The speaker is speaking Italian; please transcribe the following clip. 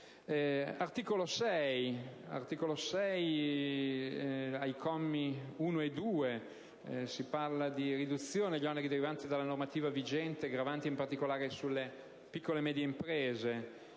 ai commi 1 e 2, per ridurre gli oneri derivanti dalla normativa vigente e gravanti in particolare sulle piccole e medie imprese